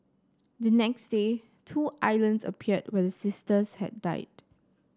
the next day two islands appeared where sisters had died